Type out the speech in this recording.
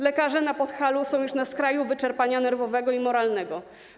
Lekarze na Podhalu już są na skraju wyczerpania nerwowego i moralnego.